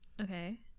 okay